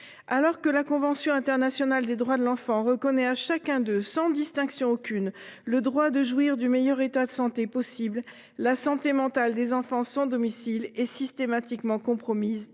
Alors que la Convention internationale des droits de l’enfant reconnaît à chacun d’eux, sans distinction aucune, le droit de jouir du meilleur état de santé possible, la santé mentale des enfants sans domicile est systématiquement compromise